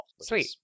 sweet